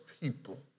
people